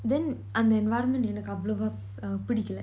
then அந்த:antha environment என்னக்கு அவ்ளோவா பிடிக்கல:ennaku avlova pidikala